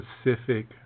specific